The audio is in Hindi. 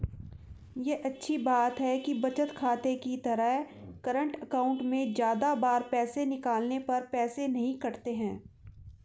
ये अच्छी बात है कि बचत खाते की तरह करंट अकाउंट में ज्यादा बार पैसे निकालने पर पैसे नही कटते है